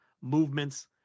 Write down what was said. movements